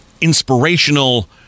inspirational